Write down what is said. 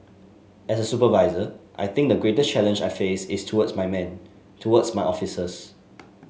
as a supervisor I think the greatest challenge I face is towards my men towards my officers